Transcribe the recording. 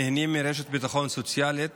הנהנים מרשת ביטחון סוציאלית